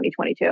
2022